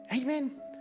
Amen